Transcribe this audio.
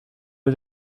aux